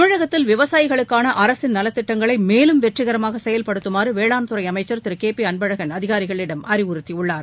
தமிழகத்தில் விவசாயிகளுக்கான அரசின் நலத்திட்டங்களை மேலும் வெற்றிகரமாக செயல்படுத்தமாறு வேளாண் துறை அமைச்சர் திரு கே பி அன்பழகன் அதிகாரிகளிடம் அறிவுறுத்தியுள்ளார்